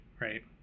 right